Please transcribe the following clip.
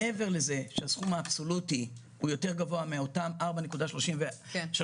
מעבר לזה שהסכום האבסולוטי הוא יותר גבוה מאותם ארבעה מיליארד ו-341